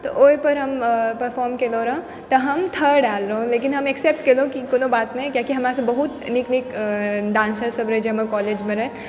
तऽ ओहि पर हम परफॉर्म कएलहुॅं रहऽ तऽ हम थर्ड आयल रहौं लेकिन हम एक्सेप्ट केलौं कि कोनो बात नहि कियाकि हमरा सऽ बहुत नीक नीक डांसर सब रहै जे हमरा कॉलेजमे रहै